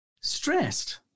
stressed